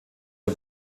der